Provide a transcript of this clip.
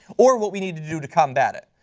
or what we need to do to combat it.